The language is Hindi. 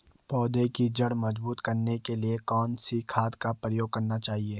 पौधें की जड़ मजबूत करने के लिए कौन सी खाद का प्रयोग करना चाहिए?